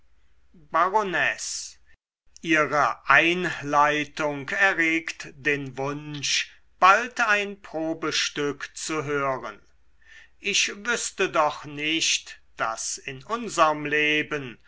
baronesse ihre einleitung erregt den wunsch bald ein probestück zu hören ich wüßte doch nicht daß in unserm leben